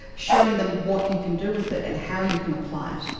showing them what you can do with it and how you can apply it.